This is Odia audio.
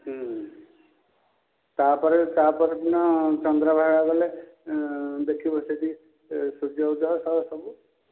ତା'ପରେ ତା ପର ଦିନ ଚନ୍ଦ୍ରଭାଗା ଗଲେ ଦେଖିବ ସେଇଠି ସୂର୍ଯ୍ୟଉଦୟ ସବୁ